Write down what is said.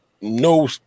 No